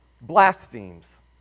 blasphemes